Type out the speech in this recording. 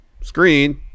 screen